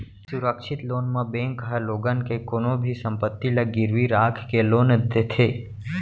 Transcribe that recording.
सुरक्छित लोन म बेंक ह लोगन के कोनो भी संपत्ति ल गिरवी राख के लोन देथे